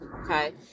okay